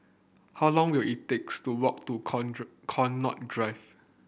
how long will it takes to walk to Connaught Drive